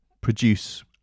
produce